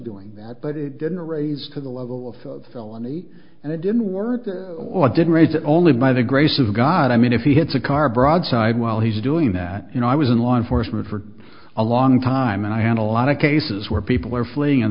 doing that but it didn't raise to the level of felony and it didn't work or didn't raise it only by the grace of god i mean if he hits a car broadside while he's doing that you know i was in law enforcement for a long time and i had a lot of cases where people are fleeing and